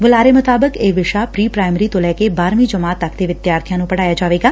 ਬੁਲਾਰੇ ਅਨੁਸਾਰ ਇਹ ਵਿਸ਼ਾ ਪ੍ਰੀ ਪਾਇਮਰੀ ਤੋਂ ਲੈ ਕੇ ਬਾਹਰਵੀ ਜਮਾਤ ਤੱਕ ਦੇ ਵਿਦਿਆਰਬੀਆਂ ਨੂੰ ਪੜਾਇਆ ਜਾਵੇਗਾ